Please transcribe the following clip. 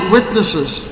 Witnesses